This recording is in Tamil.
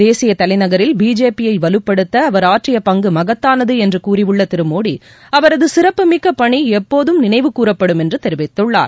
தேசிய தலைநகரில் பிஜேபியை வலுப்படுத்த அவர் ஆற்றிய பங்கு மகத்தானது என்று கூறியுள்ள திரு மோடி அவரது சிறப்புமிக்க பணி எப்போதும் நினைவு கூறப்படும் என்று தெரிவித்துள்ளார்